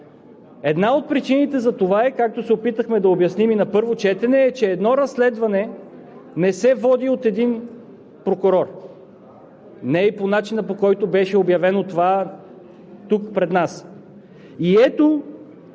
Една от причините за това, както се опитахме да обясним и на първо четене, е, че едно разследване не се води от един прокурор. Не и по начина, по който беше обявено това пред нас. И ето,